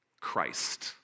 Christ